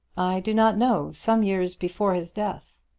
i do not know. some years before his death.